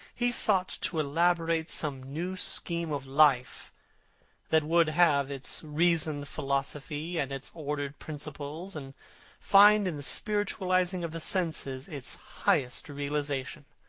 he sought to elaborate some new scheme of life that would have its reasoned philosophy and its ordered principles, and find in the spiritualizing of the senses its highest realization.